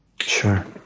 Sure